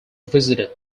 visited